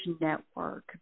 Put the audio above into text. network